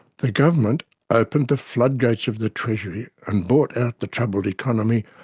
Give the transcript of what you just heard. the government opened the floodgates of the treasury and bought out the troubled economy,